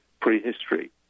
prehistory